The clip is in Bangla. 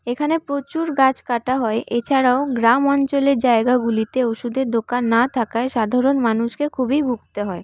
এখানে প্রচুর গাছ কাটা হয় এছাড়াও গ্রাম অঞ্চলের জায়গাগুলিতে ওষুধের দোকান না থাকায় সাধারণ মানুষকে খুবই ভুগতে হয়